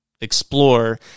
explore